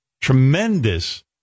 tremendous